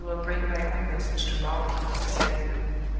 i will bring my own message to-morrow, he said.